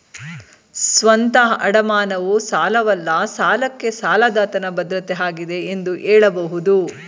ಸ್ವಂತ ಅಡಮಾನವು ಸಾಲವಲ್ಲ ಸಾಲಕ್ಕೆ ಸಾಲದಾತನ ಭದ್ರತೆ ಆಗಿದೆ ಎಂದು ಹೇಳಬಹುದು